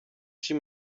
she